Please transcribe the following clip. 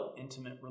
intimate